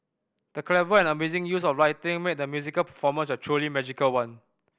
the clever and amazing use of lighting made the musical performance a truly magical one